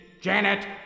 Janet